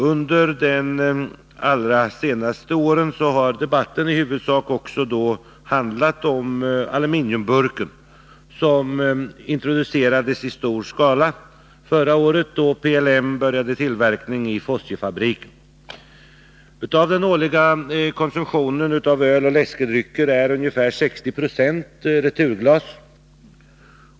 Under de allra senaste åren har debatten i huvudsak handlat om aluminiumburken, som introducerades i stor skala förra året då PLM började tillverkningen i Fosiefabriken. Av den årliga konsumtionen av öl och läskedrycker är ungefär 60 90 returglas.